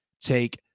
take